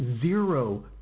zero